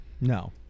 No